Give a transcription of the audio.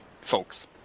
folks